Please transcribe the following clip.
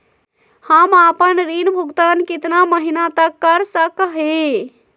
हम आपन ऋण भुगतान कितना महीना तक कर सक ही?